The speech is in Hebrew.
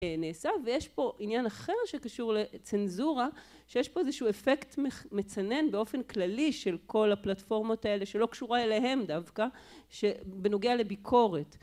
נעשה ויש פה עניין אחר שקשור לצנזורה שיש פה איזשהו אפקט מצנן באופן כללי של כל הפלטפורמות האלה שלא קשורה אליהם דווקא שבנוגע לביקורת